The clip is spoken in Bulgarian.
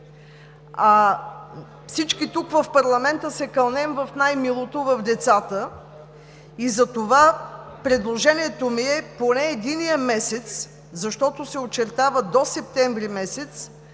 всички тук в парламента се кълнем в най-милото – в децата, и затова предложението ми е поне единият месец, защото се очертава до септември месец